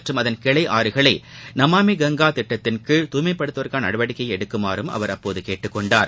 மற்றும் அதன் கிளை ஆறுகளை நமாமி கங்கா திட்டத்தின்கீழ் தூய்மைப்படுத்துவதற்கான காவிரி நடவடிக்கையை எடுக்குமாறும் அவர் அப்போது கேட்டுக்கொண்டார்